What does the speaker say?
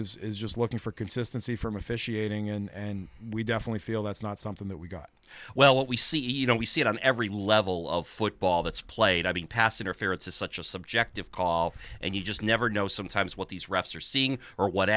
is just looking for consistency from officiating and we definitely feel that's not something that we've got well what we see even we see it on every level of football that's played i mean pass interference is such a subjective call and you just never know sometimes what these refs are seeing or what